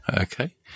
Okay